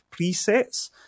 presets